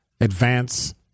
advance